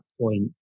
point